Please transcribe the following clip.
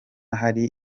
hari